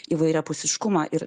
įvairiapusiškumą ir